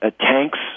tanks